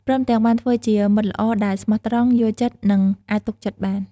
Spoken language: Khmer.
ព្រមទាំងបានធ្វើជាមិត្តល្អដែលស្មោះត្រង់ យល់ចិត្ត និងអាចទុកចិត្តបាន។